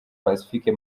pacifique